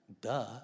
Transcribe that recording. duh